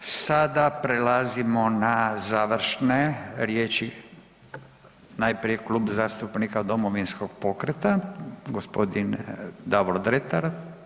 Sada prelazimo na završne riječi, najprije Klub zastupnika Domovinskog pokreta gospodin Davor Dretar.